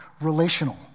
relational